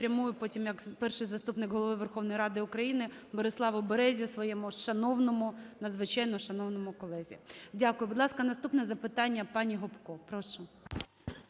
спрямую потім як Перший заступник Голови Верховної Ради України Бориславу Березі своєму шановному, надзвичайно шановному колезі. Дякую. Будь ласка, наступне запитання - пані Гопко. Прошу.